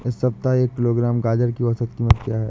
इस सप्ताह एक किलोग्राम गाजर की औसत कीमत क्या है?